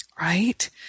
Right